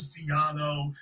luciano